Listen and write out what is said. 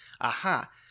aha